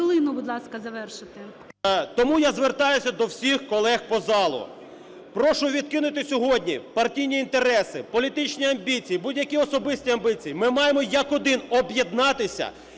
Тому я звертаюся до всіх колег по залу, прошу відкинути сьогодні партійні інтереси, політичні амбіції, будь-які особисті амбіції, ми маємо як один об'єднатися